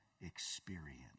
experience